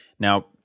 Now